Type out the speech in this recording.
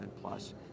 plus